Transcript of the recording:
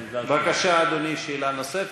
ראש הממשלה הזה איננו מנחה,